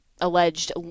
alleged